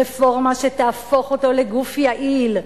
רפורמה שתהפוך אותו לגוף יעיל,